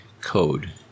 code